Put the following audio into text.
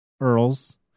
Earl's